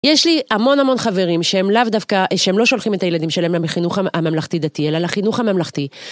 יש לי המון המון חברים שהם לאו דווקא, שהם לא שולחים את הילדים שלהם לחינוך הממלכתי דתי, אלא לחינוך הממלכתי.